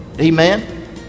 Amen